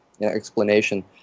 explanation